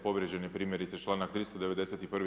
Povrijeđen je primjerice čl. 391.